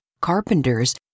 carpenters